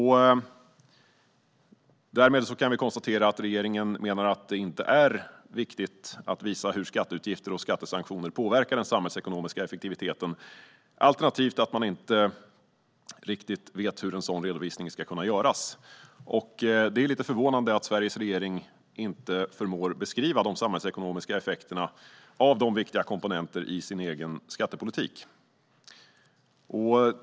Därmed kan vi konstatera att regeringen menar att det inte är viktigt att visa hur skatteutgifter och skattesanktioner påverkar den samhällsekonomiska effektiviteten alternativt att regeringen inte vet hur en sådan redovisning ska kunna göras. Det är förvånande att Sveriges regering inte förmår att beskriva de samhällsekonomiska effekterna av viktiga komponenter i sin egen skattepolitik.